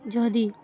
ଯଦି